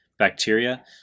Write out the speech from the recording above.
bacteria